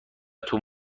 تون